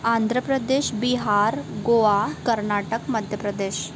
Andhra Pradesh Bihar Goa Karnataka Madhya Pradesh